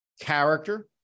character